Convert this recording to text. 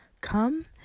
Come